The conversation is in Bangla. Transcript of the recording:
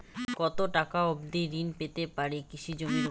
কত টাকা অবধি ঋণ পেতে পারি কৃষি জমির উপর?